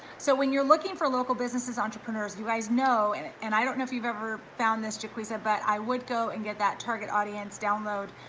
so when you're looking for local businesses entrepreneurs, do you guys know, and and i don't know if you've ever found this jacquisa, but i would go and get that target audience download,